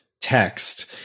text